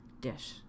dish